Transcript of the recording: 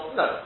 no